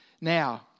Now